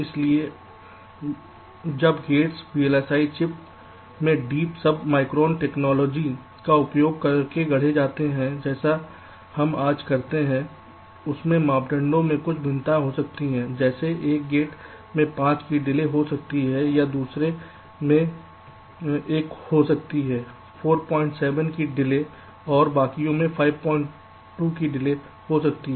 इसलिए जब gates VLSI chip में डीप सब माइक्रोन टेक्नोलॉजी का उपयोग करके गढ़े जाते हैं जैसा हम आज करते हैं उसमें मापदंडों में बहुत भिन्नताएं हो सकती हैं जैसे एक गेट में 5 की डिले हो सकती है या दूसरे गेट में एक हो सकती है 47 की डिले और बाकियों में 52 की डिले हो सकती है